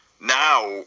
Now